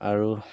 আৰু